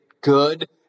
good